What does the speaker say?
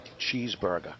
cheeseburger